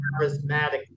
charismatic